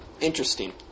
Interesting